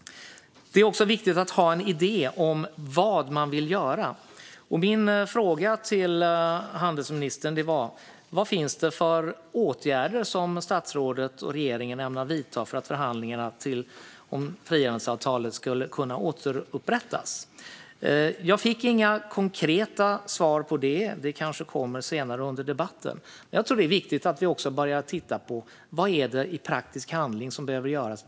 Det är också viktigt att ha en idé om vad man vill göra. Min fråga till handelsministern var: Vilka åtgärder ämnar statsrådet och regeringen vidta för att förhandlingarna om frihandelsavtalet ska kunna återupptas? Jag fick inga konkreta svar på detta; de kanske kommer senare under debatten. Jag tror att det är viktigt att vi börjar titta på vad som behöver göras i praktisk handling.